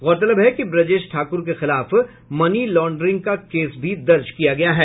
गौरतलब है कि ब्रजेश ठाकुर के खिलाफ मनी लॉड्रिंग का केस भी दर्ज किया गया है